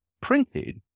printed